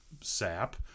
sap